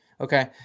Okay